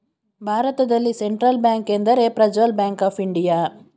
ಭಾರತದಲ್ಲಿ central bank ಎಂದರೆ Prajwal bank of India